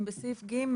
אם בתקנת משנה (ב),